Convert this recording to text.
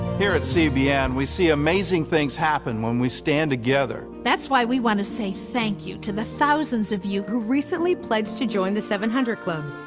here at cbn, we see amazing things happen when we stand together. that's why we want to say thank you to the thousands of you. who recently pledged to join the seven hundred club.